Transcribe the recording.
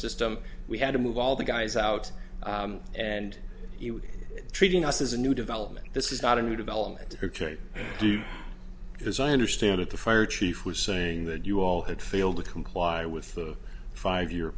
system we had to move all the guys out and treating us as a new development this is not a new development or change as i understand it the fire chief was saying that you all had failed to comply with the five year